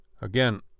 again